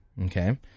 Okay